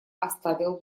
оставил